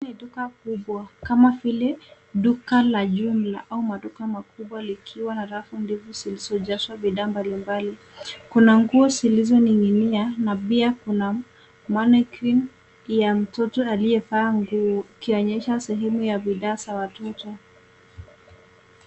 Hili ni duka kubwa kama vile duka la jumla au maduka makubwa likiwa na rafu ndefu zilizojazwa bidhaa mbalimbali. Kuna nguo zilizoning'inia na pia kuna money cream ya mtoto aliyevaa nguo ikionyesha sehemu ya bidhaa za watoto.